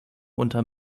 unter